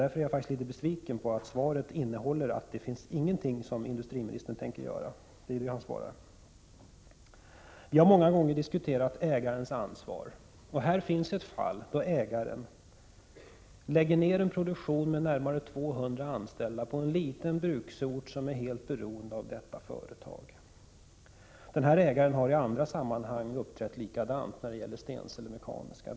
Därför är jag litet besviken över att svaret innebär att industriministern inte tänker göra något. Vi har många gånger diskuterat ägarens ansvar. Detta är ett fall där ägaren lägger ned en produktion som sysselsätter närmare 200 anställda på en liten bruksort vilken är helt beroende av detta företag. Den här ägaren har i andra sammanhang uppträtt på samma sätt, nämligen när det gäller Stensele Mekaniska Verkstad.